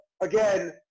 again